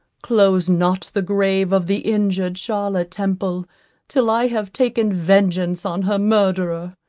close not the grave of the injured charlotte temple till i have taken vengeance on her murderer.